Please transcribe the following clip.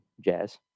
Jazz